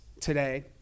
today